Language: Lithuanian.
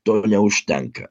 to neužtenka